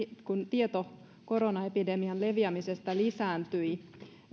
kun tieto koronaepidemian leviämisestä lisääntyi